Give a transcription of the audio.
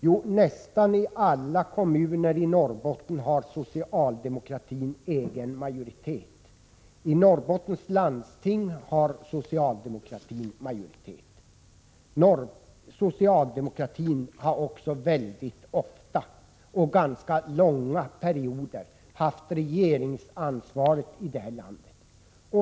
Jo, i nästan alla kommuner i Norrbotten har socialdemokratin egen majoritet, och i Norrbottens landsting har socialdemokratin majoritet. Socialdemokratin har också mycket ofta och under ganska långa perioder haft regeringsansvaret i detta land.